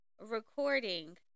recording